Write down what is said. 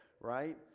right